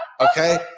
Okay